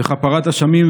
וכפרת אשמים,